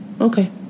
Okay